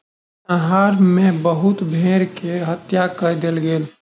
संहार मे बहुत भेड़ के हत्या कय देल गेल